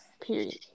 Period